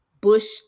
Bush